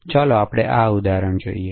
ચાલો આપણે આ ઉદાહરણ જોઈએ